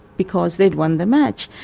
because they'd won the match.